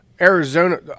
Arizona –